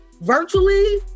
virtually